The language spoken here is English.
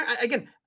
Again